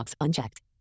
unchecked